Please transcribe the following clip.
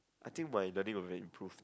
I think my will very improved